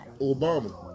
Obama